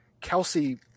Kelsey